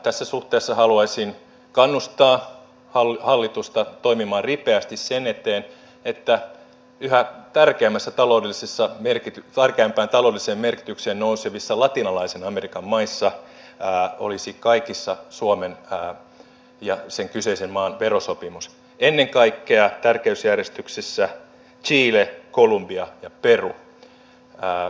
tässä suhteessa haluaisin kannustaa hallitusta toimimaan ripeästi sen eteen että kaikkien yhä tärkeämpään taloudelliseen merkitykseen nousevien latinalaisen amerikan maiden kohdalla olisi suomen ja sen kyseisen maan verosopimus ennen kaikkea tärkeysjärjestyksessä chile kolumbia ja peru